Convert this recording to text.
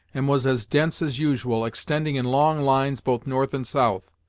and was as dense as usual, extending in long lines both north and south.